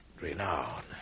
renown